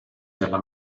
della